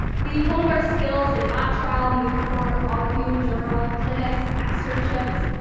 we honed our skills in mock trial, moot court, law review and journal, clinics, externships.